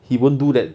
he won't do that